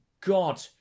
God